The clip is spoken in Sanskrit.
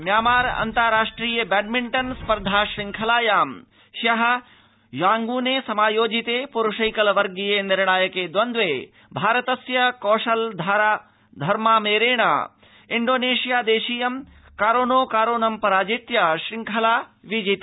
म्यांमार अन्ताराष्ट्रिय बह्मिण्टन् स्पर्धा शृंखलायां हो यांगूने समायोजिते पुरुषकल वर्गीये निर्णायके द्वन्द्रे भारतस्य कौशल धरमामेरेण इण्डोनशिया देशीयं कारोनो कारोनं पराजित्य शुंखला स्वायत्तीकता